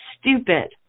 stupid